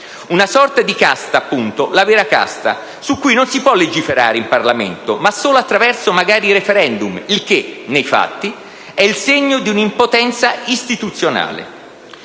una sorta di casta, appunto - la vera casta - su cui non si può legiferare in Parlamento, ma solo magari attraverso *referendum*, il che, nei fatti, è il segno di un'impotenza istituzionale.